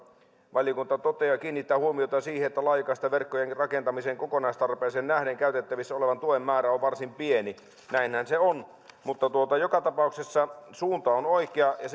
valiokunta kiinnittää huomiota siihen että laajakaistaverkkojen rakentamisen kokonaistarpeeseen nähden käytettävissä olevan tuen määrä on varsin pieni näinhän se on mutta joka tapauksessa suunta on oikea